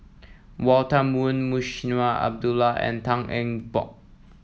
Walter Woon Munshi Abdullah and Tan Eng Bock